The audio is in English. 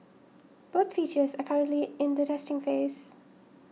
both features are currently in the testing phase